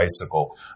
bicycle